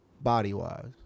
body-wise